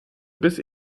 bis